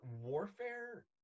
warfare